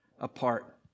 Apart